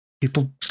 people